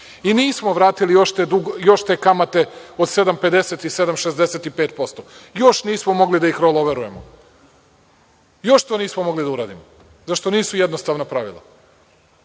nismo vratili još te kamate od 7,50 i 7,65%. Još nismo mogli da ih roloverujemo. Još to nismo mogli da uradimo zato što nisu jednostavna pravila.